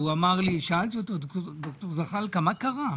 והוא אמר לי, שאלתי אותו 'ד"ר זחאלקה מה קרה?